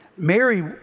Mary